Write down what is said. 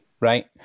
right